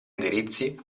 indirizzi